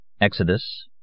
Exodus